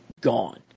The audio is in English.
gone